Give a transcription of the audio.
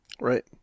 Right